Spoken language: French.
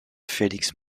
felix